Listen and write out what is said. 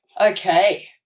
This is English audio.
Okay